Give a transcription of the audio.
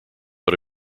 but